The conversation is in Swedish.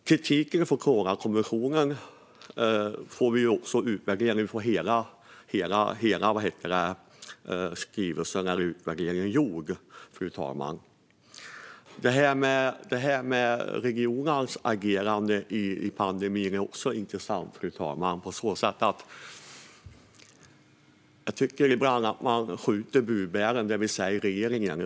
Kritiken från Coronakommissionen får vi utvärdera när vi får hela skrivelsen och utvärderingen är gjord. Regionernas agerande under pandemin är också intressant, fru talman. Jag tycker ibland att man skjuter budbäraren, det vill säga regeringen.